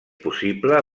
possible